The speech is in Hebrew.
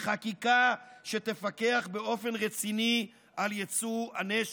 לחקיקה שתפקח באופן רציני על יצוא הנשק.